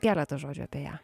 keletą žodžių apie ją